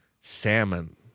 Salmon